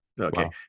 Okay